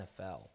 NFL